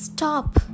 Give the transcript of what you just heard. Stop